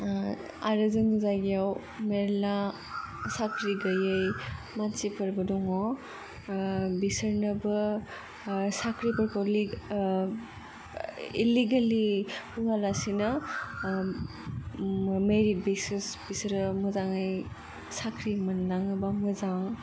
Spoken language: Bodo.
आरो जोंनि जायगायाव मेरला साख्रि गैयै मानसिफोरबो दङ बिसोरनोबो साख्रिफोरखौ इलिगेलि होआलासिनो मेरिट बेसिस बेसोरो मोजाङै साख्रि मोनलाङोबा मोजां